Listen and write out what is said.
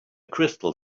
crystal